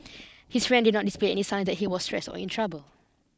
his friend did not display any signs that he was stressed or in trouble